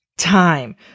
time